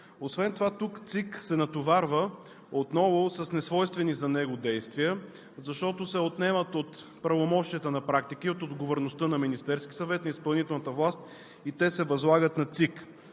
Освен това тук ЦИК се натоварва отново с несвойствени действия, защото се отнемат от правомощията и от отговорността на практика на Министерския съвет и изпълнителната власт и се възлагат на ЦИК.